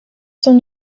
sont